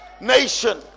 nation